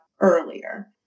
earlier